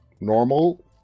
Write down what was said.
normal